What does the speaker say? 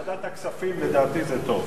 ועדת הכספים לדעתי זה טוב.